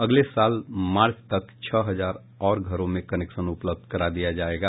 अगले साल मार्च तक छह हजार और घरों में कनेक्शन उपलब्ध करा दिया जायेगा